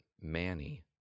Manny